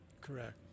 correct